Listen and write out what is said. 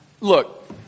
Look